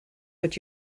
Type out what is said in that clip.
what